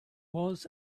was